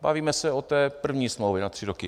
Bavíme se o té první smlouvě na tři roky.